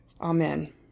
Amen